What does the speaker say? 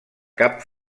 cap